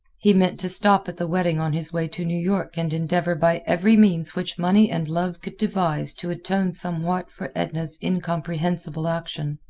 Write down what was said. he meant to stop at the wedding on his way to new york and endeavor by every means which money and love devise to atone somewhat for edna's incomprehensible action.